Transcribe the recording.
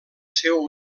seu